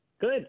Good